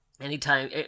anytime